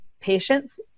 patients